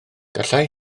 gallai